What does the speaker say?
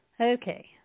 Okay